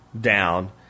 Down